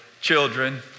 children